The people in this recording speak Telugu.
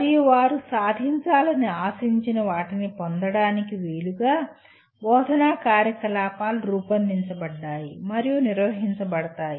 మరియు వారు సాధించాలని ఆశించిన వాటిని పొందటానికి వీలుగా బోధనా కార్యకలాపాలు రూపొందించబడ్డాయి మరియు నిర్వహించబడతాయి